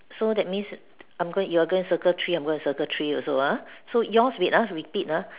so that means I am going you are going to circle three I am going to circle three also ah so yours wait ah repeat ah